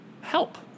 help